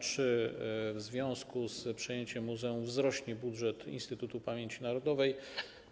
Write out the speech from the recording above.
Czy w związku z przejęciem muzeum wzrośnie budżet Instytutu Pamięci Narodowej